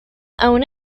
aun